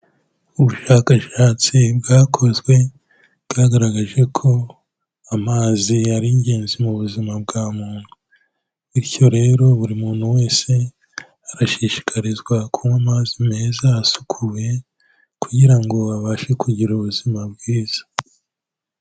Ubushakashatsi bwakozwe bwagaragaje ko amazi aari ingenzi mu buzima bwa muntu, bityo rero buri muntu wese arashishikarizwa kunywa amazi meza asukuye kugira ngo abashe kugira ubuzima bwiza.